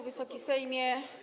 Wysoki Sejmie!